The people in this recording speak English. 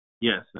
Yes